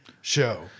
show